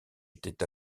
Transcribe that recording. était